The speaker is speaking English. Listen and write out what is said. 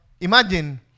imagine